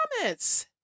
comments